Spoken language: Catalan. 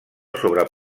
sobre